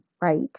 right